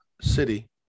city